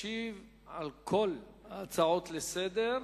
ישיב על כל ההצעות לסדר-היום,